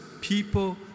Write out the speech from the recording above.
people